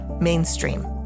mainstream